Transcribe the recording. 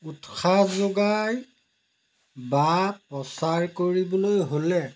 উৎসাহ যোগাই বা প্ৰচাৰ কৰিবলৈ হ'লে